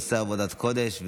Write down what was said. הוא עושה עבודת קודש,